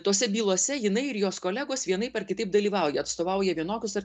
tose bylose jinai ir jos kolegos vienaip ar kitaip dalyvauja atstovauja vienokius ar